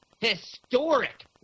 historic